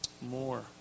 More